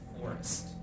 forest